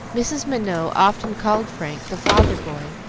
mrs. minot often called frank the father-boy,